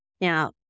Now